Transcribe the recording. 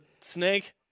Snake